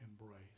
embrace